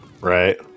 Right